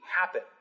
happen